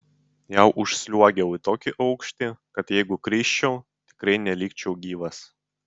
jau užsliuogiau į tokį aukštį kad jeigu krisčiau tikrai nelikčiau gyvas